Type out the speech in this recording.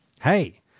hey